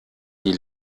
die